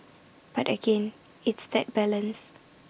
but again it's that balance